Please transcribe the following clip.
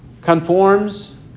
conforms